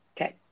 Okay